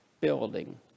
building